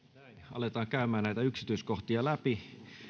aletaan käymään näitä yksityiskohtia läpi